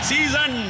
Season